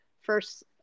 first